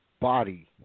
body